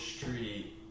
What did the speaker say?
street